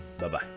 Bye-bye